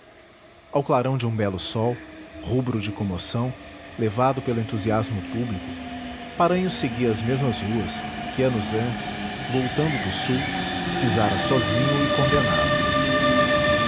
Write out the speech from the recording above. ao clarão de um belo sol rubro de comoção levado pelo entusiasmo público paranhos seguia as mesmas ruas que anos antes voltando do sul pisara sozinho e condenado